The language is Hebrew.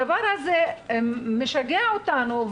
הדבר הזה משגע אותנו,